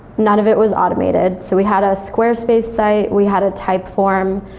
none of it was automated. so we had a squarespace site, we had a type form,